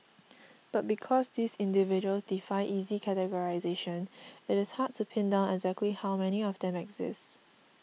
but because these individuals defy easy categorisation it is hard to pin down exactly how many of them exist